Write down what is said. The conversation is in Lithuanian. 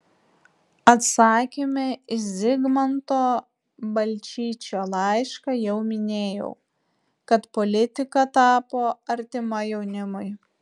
atsakyme į zigmanto balčyčio laišką jau minėjau kad politika tapo artima jaunimui